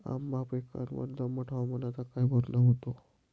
आंबा पिकावर दमट हवामानाचा काय परिणाम होतो?